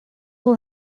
will